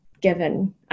given